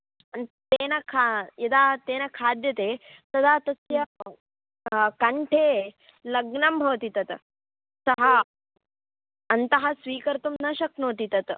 तेन खा यदा तेन खाद्यते तदा तस्य कण्ठे लग्नं भवति तत् सः अन्तः स्वीकर्तुं न शक्नोति तत्